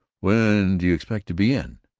when do you expect to be in?